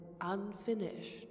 unfinished